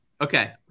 Okay